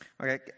Okay